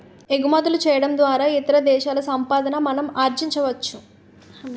ఎగుమతులు చేయడం ద్వారా ఇతర దేశాల సంపాదన మనం ఆర్జించవచ్చు